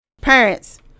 parents